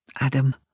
Adam